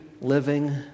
living